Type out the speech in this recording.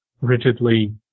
rigidly